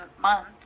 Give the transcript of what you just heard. month